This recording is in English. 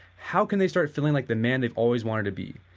how can they start feeling like the man they've always wanted to be?